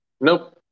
Nope